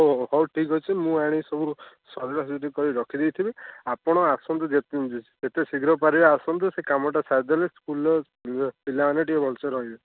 ହଉ ହଉ ଠିକ୍ ଅଛି ମୁଁ ଆଣି ସବୁ ସଜଡ଼ା ସଜାଡ଼ି ରଖି ଦେଇଥିବି ଆପଣ ଆସନ୍ତୁ ଯେତେ ଯେତେ ଶୀଘ୍ର ପାରିବେ ଆସନ୍ତୁ ସେ କାମଟା ସାରିଦେଲେ ସ୍କୁଲର ପିଲାମାନେ ଟିକେ ଭଲ ସେ ରହିବେ